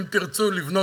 אם תרצו לבנות,